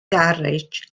garej